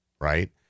right